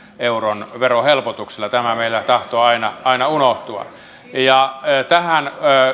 euron verohelpotuksella tämä meillä tahtoo aina aina unohtua tähän